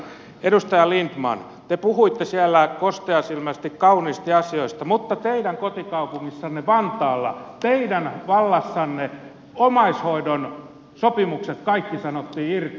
edustaja lindtman te puhuitte siellä kosteasilmäisesti kauniisti asioista mutta teidän kotikaupungissanne vantaalla teidän vallassanne omaishoidon sopimukset kaikki sanottiin irti